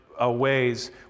Ways